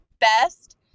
best